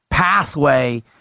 pathway